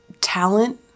talent